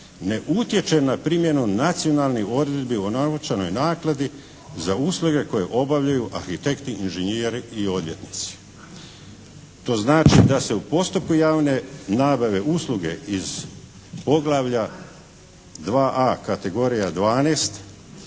ne utječe na primjenu nacionalnih odredbi o novčanoj naknadi za usluge koje obavljaju arhitekti, inžinjeri i odvjetnici. To znači da se u postupku javne nabave usluge iz poglavlja 2A, kategorija 12